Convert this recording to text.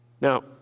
Now